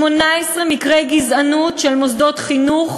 ומר יובל חיו,